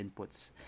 inputs